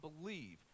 believe